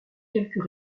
quelques